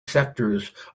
sectors